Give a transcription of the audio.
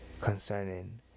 concerning